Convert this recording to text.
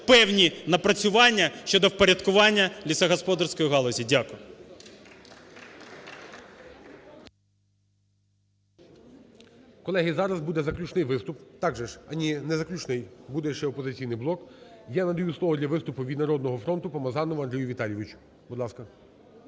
певні напрацювання щодо впорядкування лісогосподарської галузі. Дякую.